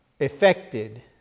affected